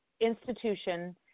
institution